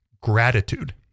gratitude